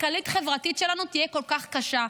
הכלכלית-חברתית שלנו תהיה כל כך קשה.